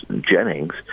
Jennings